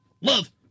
love